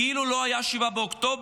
כאילו לא היה 7 באוקטובר,